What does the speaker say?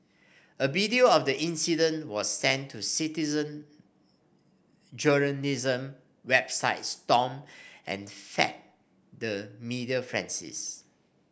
a video of the incident was sent to citizen journalism website Stomp and fed the media